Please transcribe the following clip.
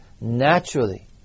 naturally